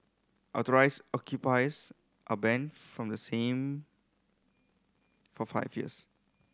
authorised occupiers are banned from the same for five years